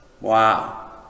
Wow